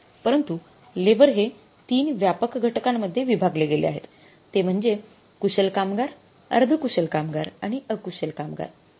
परंतु लेबर हे ३ व्यापक घटकांमध्ये विभागले गेले आहेत ते म्हणजे कुशल कामगार अर्धकुशल कामगार आणि अकुशल कामगार आहेत